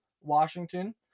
Washington